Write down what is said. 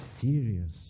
serious